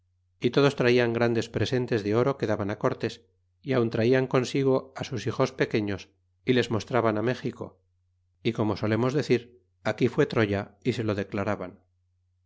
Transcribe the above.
y todos traían grandes presentes de oro que daban cortés y aun traian consigo sus hijos pequeños y les mostraban méxico y como solemos decir aquí fué troya y se lo declaraban